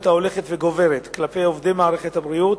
ההולכת וגוברת כלפי עובדי מערכת הבריאות,